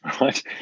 right